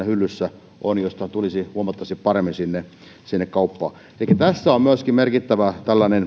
hyllyssä on se verrokkituote brändituote josta tulisi huomattavasti paremmin sinne sinne kauppaan elikkä tässä on myöskin tällainen merkittävä